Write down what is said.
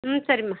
உம் சரிமா